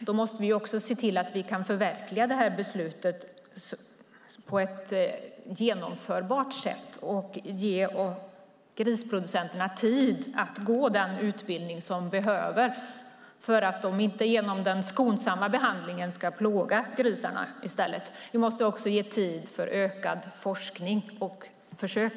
Då måste vi också se till att vi kan förverkliga det här beslutet på ett genomförbart sätt och ge grisproducenterna tid att gå den utbildning som de behöver, så att de inte genom den skonsamma behandlingen ska plåga grisarna i stället. Vi måste också ge tid för ökad forskning och försök.